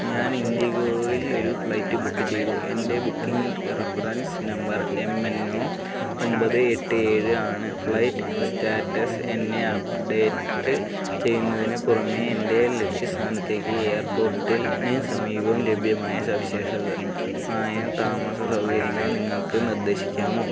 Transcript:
ഞാൻ ഇൻഡിഗോയിൽ ഒരു ഫ്ലൈറ്റ് ബുക്ക് ചെയ്തു എൻ്റെ booking reference number M N O ഒമ്പത് എട്ട് ഏഴ് ആണ് ഫ്ലൈറ്റ് സ്റ്റാറ്റസ് എന്നെ അപ്ഡേറ്റ് ചെയ്യുന്നതിന് പുറമേ എൻ്റെ ലക്ഷ്യ സ്ഥാനത്തേക്ക് എയർപോർട്ടിന് സമീപം ലഭ്യമായ സവിശേഷത ആയ താമസസൗകര്യങ്ങള് നിങ്ങള്ക്ക് നിർദ്ദേശിക്കാമോ